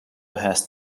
has